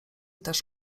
też